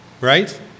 Right